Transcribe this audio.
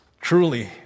Truly